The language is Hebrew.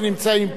אני חייב,